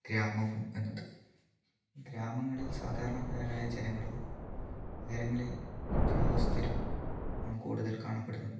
ഗ്രാമവും എന്നത് ഗ്രാമങ്ങളിൽ സാദാരണക്കാരായ ജനങ്ങളും നഗരങ്ങളിൽ ഉദ്യോഗസ്ഥരും ആണ് കൂടുതൽ കാണപ്പെടുന്നത്